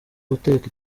guteka